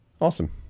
Awesome